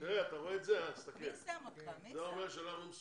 הטוב אצל היושב ראש שלך זה שהוא תמיד יודע להתהפך,